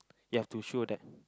you have to show that